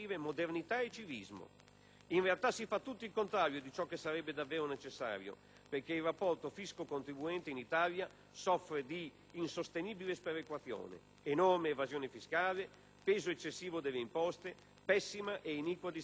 In realtà, si fa tutto il contrario di ciò che sarebbe davvero necessario, perché il rapporto fisco-contribuente in Italia soffre di insostenibile sperequazione: enorme evasione fiscale, peso eccessivo delle imposte, pessima e iniqua distribuzione del carico fiscale.